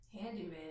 Handyman